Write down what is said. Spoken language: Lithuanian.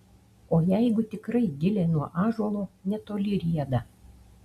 o jeigu tikrai gilė nuo ąžuolo netoli rieda